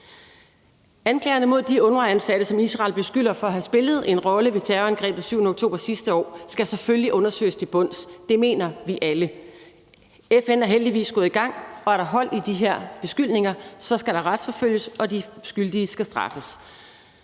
Anklagerne mod de UNRWA-ansatte, som Israel beskylder for at have spillet en rolle ved terrorangrebet den 7. oktober sidste år, skal selvfølgelig undersøges til bunds. Det mener vi alle. FN er heldigvis gået i gang, og er der hold i de her beskyldninger, skal der retsforfølges, og så skal de skyldige straffes.